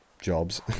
Jobs